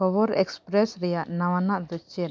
ᱠᱷᱚᱵᱚᱨ ᱮᱹᱠᱥᱯᱨᱮᱹᱥ ᱨᱮᱭᱟᱜ ᱱᱟᱣᱟᱱᱟᱜ ᱫᱚ ᱪᱮᱫ